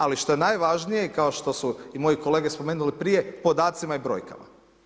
Ali što je najvažnije, kao što su i moje kolege spomenuli prije, podacima i brojkama.